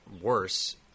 worse